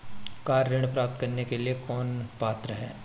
Car ऋण प्राप्त करने के लिए कौन पात्र है?